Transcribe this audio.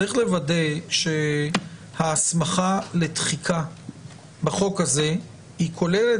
צריך לוודא שההסמכה לתחיקה בחוק הזה היא כוללת